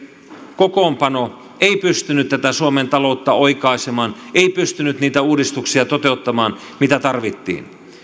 kokoonpano ei pystynyt tätä suomen taloutta oikaisemaan ei pystynyt niitä uudistuksia toteuttamaan mitä tarvittiin